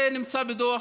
זה נמצא בדוח